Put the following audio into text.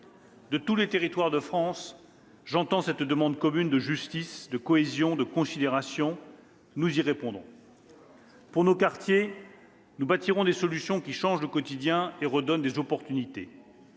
De tous les territoires de France, j'entends cette demande commune de justice, de cohésion, de considération. Nous allons y répondre. « Pour nos quartiers, nous bâtirons des solutions qui changent le quotidien et redonnent des opportunités.